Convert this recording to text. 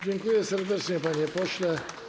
Dziękuję serdecznie, panie pośle.